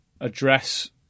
address